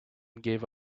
gave